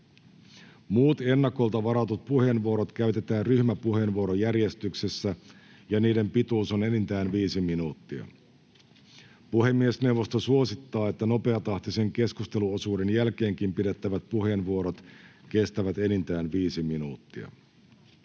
Muut ennakolta varatut puheenvuorot käytetään ryhmäpuheenvuorojärjestyksessä, ja niiden pituus on enintään viisi minuuttia. Puhemiesneuvosto suosittaa, että nopeatahtisen keskusteluosuuden jälkeenkin pidettävät puheenvuorot kestävät enintään viisi minuuttia.